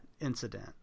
incident